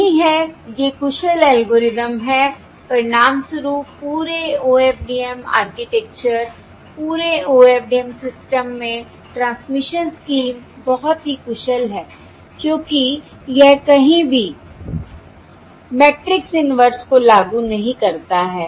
यही है ये कुशल एल्गोरिदम हैं परिणामस्वरूप पूरे OFDM आर्किटेक्चर पूरे OFDM सिस्टम में ट्रांसमिशन स्कीम बहुत ही कुशल है क्योंकि यह कहीं भी मैट्रिक्स इन्वर्स को लागू नहीं करता है